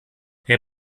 herr